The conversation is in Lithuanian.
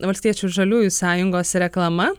valstiečių žaliųjų sąjungos reklama